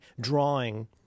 drawing